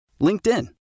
LinkedIn